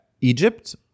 Egypt